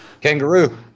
kangaroo